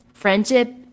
friendship